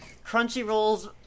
Crunchyroll's